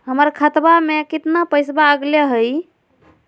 हमर खतवा में कितना पैसवा अगले हई?